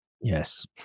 Yes